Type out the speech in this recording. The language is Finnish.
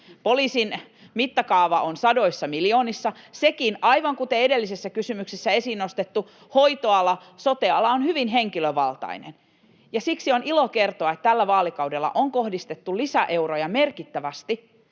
Poliisin mittakaava on sadoissa miljoonissa. Sekin, aivan kuten edellisessä kysymyksessä esiin nostettu hoitoala, sote-ala, on hyvin henkilövaltainen, ja siksi on ilo kertoa, että tällä vaalikaudella on kohdistettu lisäeuroja merkittävästi